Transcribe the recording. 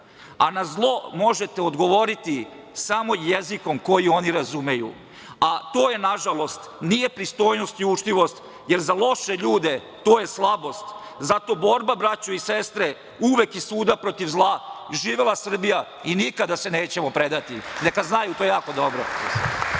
Na zlo možete odgovoriti samo jezikom koji oni razumeju, a to nažalost nije pristojnost i učtivost, jer za loše ljude to je slabost. Zato borba braćo i sestre uvek i svuda protiv zla. Živela Srbija i nikada se nećemo predati. Neka znaju to jako dobro.